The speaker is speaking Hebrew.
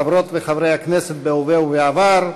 חברות וחברי הכנסת בהווה ובעבר,